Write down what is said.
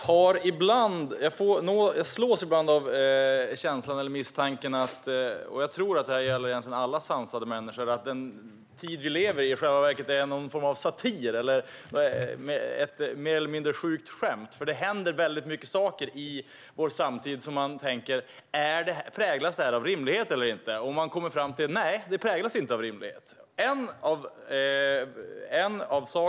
Herr talman! Jag slås ibland av misstanken, och jag tror att det gäller alla sansade människor, att i själva verket är den tid vi lever i någon form av satir eller mer eller mindre sjukt skämt, för det händer väldigt mycket i vår samtid som gör att man tänker: Präglas det här av rimlighet eller inte? Och man kommer fram till att nej, det präglas inte av rimlighet.